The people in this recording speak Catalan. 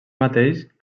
mateix